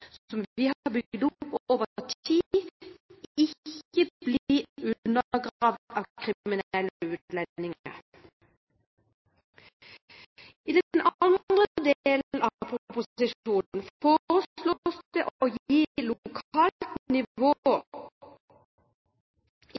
som vi har bygget opp over tid, ikke blir undergravet av kriminelle utlendinger. I den andre delen av proposisjonen foreslås det å gi lokalt nivå